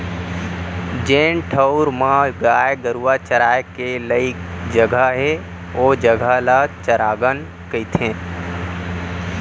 जेन ठउर म गाय गरूवा चराय के लइक जघा हे ओ जघा ल चरागन कथें